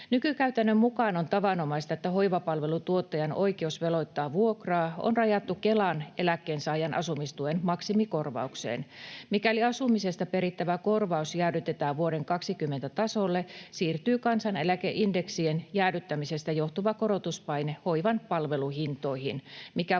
Nykykäytännön mukaan on tavanomaista, että hoivapalvelutuottajan oikeus veloittaa vuokraa on rajattu Kelan eläkkeensaajan asumistuen maksimikorvaukseen. Mikäli asumisesta perittävä korvaus jäädytetään vuoden 20 tasolle, siirtyy kansaneläkeindeksien jäädyttämisestä johtuva korotuspaine hoivan palveluhintoihin, mikä vaikeuttaa